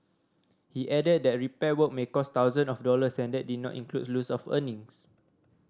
he added that repair work may cost thousand of dollars and that did not include loss of earnings